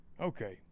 Okay